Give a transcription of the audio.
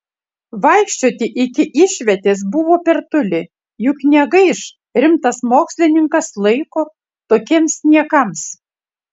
vaikščioti iki išvietės buvo per toli juk negaiš rimtas mokslininkas laiko tokiems niekams